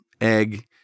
egg